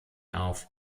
auf